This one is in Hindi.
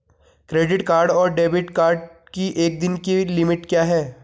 क्रेडिट कार्ड और डेबिट कार्ड की एक दिन की लिमिट क्या है?